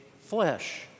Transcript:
flesh